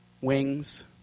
wings